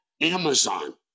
Amazon